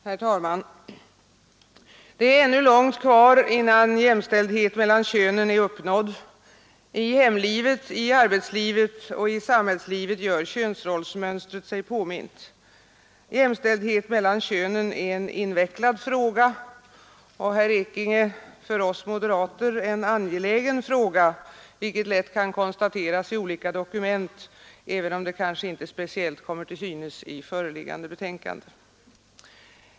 i!err talman! Det är ännu långt kvar innan jämställdhet mellan könen är uppnådd — i hemlivet, i arbetslivet och i samhällslivet gör könsrollsmönstret sig påmint. Jämställdhet mellan könen är en invecklad fråga och, herr Ekinge, för oss moderater en angelägen fråga. vilket lätt kan konstateras i olika dokument, även om det kanske inte speciellt kommer till synes i föreliggande betänkande.